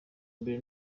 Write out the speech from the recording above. mbere